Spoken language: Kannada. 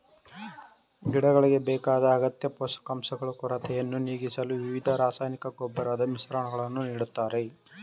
ಗಿಡಗಳಿಗೆ ಬೇಕಾದ ಅಗತ್ಯ ಪೋಷಕಾಂಶಗಳು ಕೊರತೆಯನ್ನು ನೀಗಿಸಲು ವಿವಿಧ ರಾಸಾಯನಿಕ ಗೊಬ್ಬರದ ಮಿಶ್ರಣಗಳನ್ನು ನೀಡ್ತಾರೆ